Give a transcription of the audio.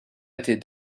étaient